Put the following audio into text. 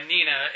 Nina